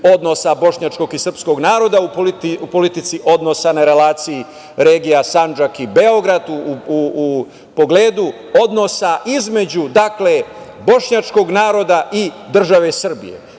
odnosa bošnjačkog i srpskog naroda u politici odnosa na relaciji regija Sandžak i Beograd, u pogledu odnosa između bošnjačkog naroda i države Srbije. Ja